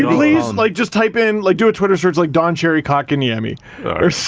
please and like just type in, like do a twitter search, like don cherry kotkaniemi